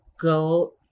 go